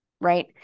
right